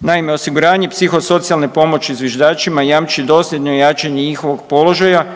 Naime, osiguranje psihosocijalne pomoći zviždačima jamči dosljedno jačanje njihovog položaja